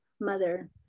mother